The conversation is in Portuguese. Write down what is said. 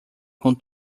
com